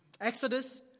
Exodus